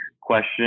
question